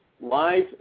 live